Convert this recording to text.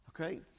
Okay